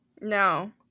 No